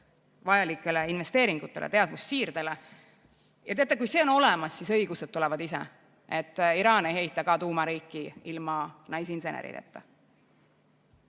vajalikele investeeringutele, teadmussiirdele. Ja teate, kui see on olemas, siis õigused tulevad ise. Iraan ei ehita ka tuumariiki ilma naisinsenerideta.